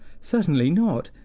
certainly not!